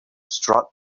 struck